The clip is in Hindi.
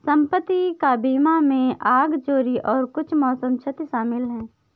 संपत्ति का बीमा में आग, चोरी और कुछ मौसम क्षति शामिल है